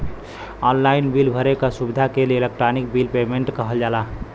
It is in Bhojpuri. ऑनलाइन बिल भरे क सुविधा के इलेक्ट्रानिक बिल पेमेन्ट कहल जाला